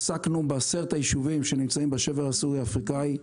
עסקנו ב-10 היישובים שנמצאים בשבר הסורי-אפריקני.